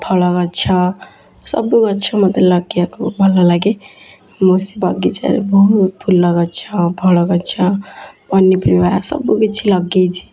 ଫଳଗଛ ସବୁ ଗଛ ମୋତେ ଲଗାଇବାକୁ ଭଲ ଲାଗେ ମୁଁ ବଗିଚାରେ ବହୁତ ଫୁଲଗଛ ଫଳଗଛ ପନିପରିବା ସବୁ କିଛି ଲଗେଇଛି